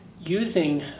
using